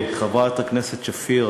חברת הכנסת שפיר,